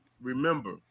remember